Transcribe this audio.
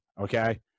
okay